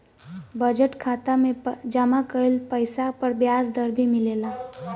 budget खाता में जमा कइल पइसा पर ब्याज दर भी मिलेला